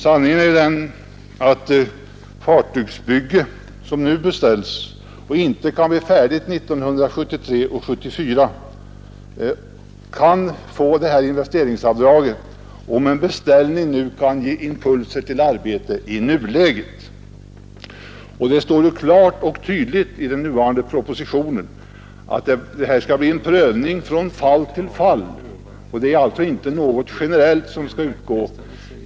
Sanningen är den att man för ett fartygsbygge som beställs nu och som inte kan bli färdigt 1973 eller 1974 kan få investeringsavdrag om en beställning nu kan ge impulser till arbete i nuläget. Det står klart och tydligt i propositionen att det skall bli en prövning från fall till fall. Det är alltså inte fråga om något generellt avdrag.